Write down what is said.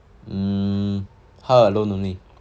mm her alone only